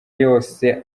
yose